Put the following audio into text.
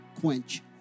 quench